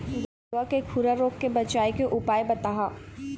गरवा के खुरा रोग के बचाए के उपाय बताहा?